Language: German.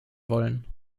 wollen